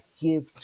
give